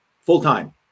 full-time